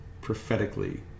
prophetically